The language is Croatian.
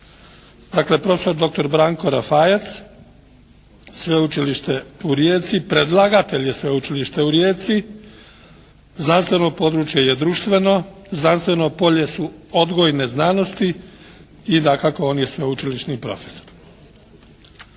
Dakle profesor doktor Branko Rafajac, Sveučilište u Rijeci. Predlagatelj je Sveučilište u Rijeci. Znanstveno područje je društveno. Znanstveno polje su odgojne znanosti i dakako on je sveučilišni profesor.